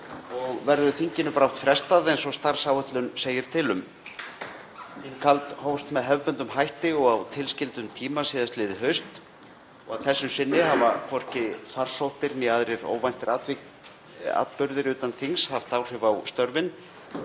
verður brátt frestað, eins og starfsáætlun segir til um. Þinghald hófst með hefðbundnum hætti og á tilskildum tíma síðastliðið haust og að þessu sinni hafa hvorki farsóttir né aðrir óvæntra atburðir utan þings haft áhrif á störfin,